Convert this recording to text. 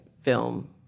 film